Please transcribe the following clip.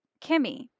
Kimmy